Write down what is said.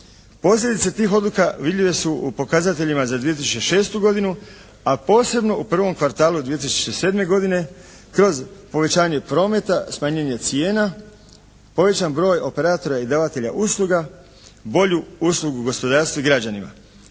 Posljedice tih odluka vidljive su u pokazateljima za 2006. godinu, a posebno u prvom kvartalu 2007. godine kroz povećanje prometa, smanjenje cijena, povećan broj operatora i davatelja usluga, bolju uslugu gospodarstvu i građanima.